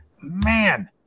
man-